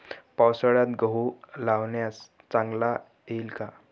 पावसाळ्यात गहू लावल्यास चांगला येईल का?